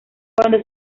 cuando